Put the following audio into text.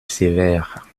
sévère